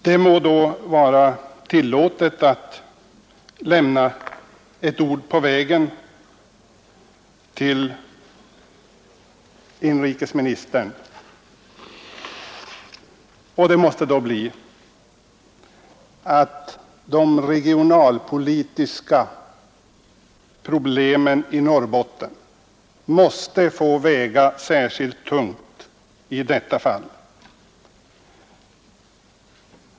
Det må då vara tillåtet att lämna ett ord på vägen till inrikesministern. Det måste bli en önskan om att de regionalpolitiska problemen i Norrbotten skall väga särskilt tungt i detta fall.